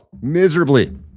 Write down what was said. miserably